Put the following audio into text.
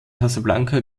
casablanca